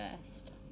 first